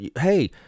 hey